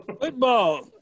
Football